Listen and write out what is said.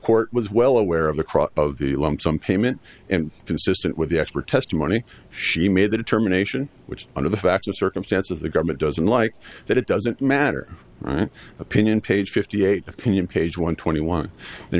court was well aware of the cross of the lump sum payment and consistent with the expert testimony she made the determination which under the facts the circumstance of the government doesn't like that it doesn't matter right opinion page fifty eight opinion page one twenty one